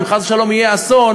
אם חס ושלום יהיה אסון,